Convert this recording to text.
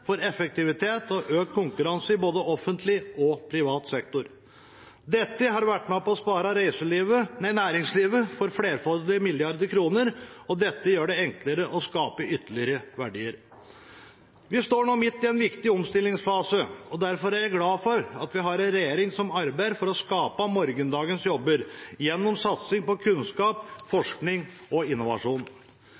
for effektivitet og økt konkurranse i både offentlig og privat sektor. Dette har vært med på å spare næringslivet for flerfoldige milliarder kroner, og det gjør det enklere å skape ytterligere verdier. Vi står nå midt i en viktig omstillingsfase. Derfor er jeg glad for at vi har en regjering som arbeider for å skape morgendagens jobber gjennom satsing på kunnskap, forskning og innovasjon. Regjeringen fortsetter også gjennomføringen av skattereformen og reduserer skattene for